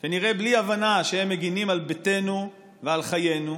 כנראה בלי הבנה שהם מגינים על ביתנו ועל חיינו.